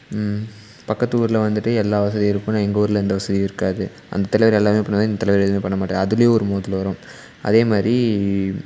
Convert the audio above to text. பக்கத்து ஊரில் வந்துட்டு எல்லா வசதியும் இருக்கும் ஆனால் எங்கூரில் எந்த வசதியும் இருக்காது அந்த தலைவர் எல்லாமே பண்ணுவாங்க இந்த தலைவர் எதுவுமே பண்ணமாட்டாங்க அதிலையே ஒரு மோதல் வரும் அதே மாதிரி